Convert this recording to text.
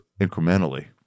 incrementally